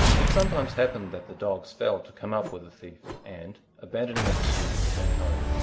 it sometimes happened that the dogs failed to come up with the thief, and, abandoning the pursuit, returned home.